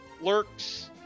Lurks